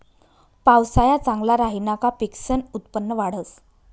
पावसाया चांगला राहिना का पिकसनं उत्पन्न वाढंस